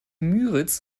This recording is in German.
müritz